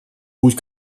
путь